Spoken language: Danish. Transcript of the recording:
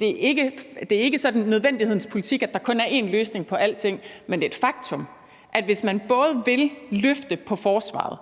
det er ikke nødvendighedens politik, sådan at der kun er én løsning på alting, men det er et faktum – at hvis man vil løfte forsvaret,